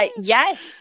yes